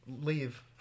Leave